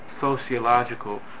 sociological